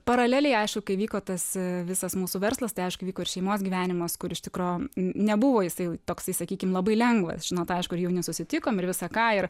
paraleliai aišku kai vyko tas visas mūsų verslas tai aišku vyko ir šeimos gyvenimas kur iš tikro n nebuvo jisai jau toksai sakykim labai lengvas žinot aišku ir jauni susitikom ir visa ką ir